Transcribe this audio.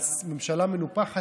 על ממשלה מנופחת.